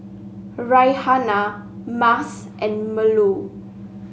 Raihana Mas and Melur